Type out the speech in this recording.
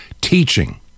teaching